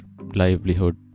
livelihood